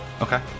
Okay